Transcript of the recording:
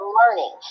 learning